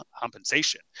compensation